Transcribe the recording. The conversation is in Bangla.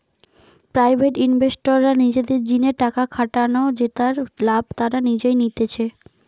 প্রাইভেট ইনভেস্টররা নিজেদের জিনে টাকা খাটান জেতার লাভ তারা নিজেই নিতেছে